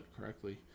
correctly